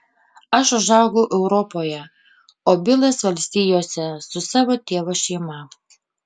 aš užaugau europoje o bilas valstijose su savo tėvo šeima